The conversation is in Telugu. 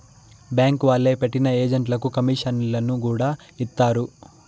బ్యాంక్ వాళ్లే పెట్టిన ఏజెంట్లకు కమీషన్లను కూడా ఇత్తారు